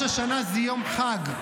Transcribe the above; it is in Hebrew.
ראש השנה זה יום חג.